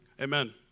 Amen